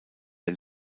der